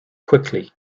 quickly